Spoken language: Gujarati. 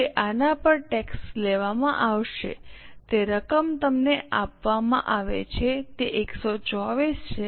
હવે આના પર ટેક્સ લેવામાં આવશે તે રકમ તમને આપવામાં આવે છે તે 124 છે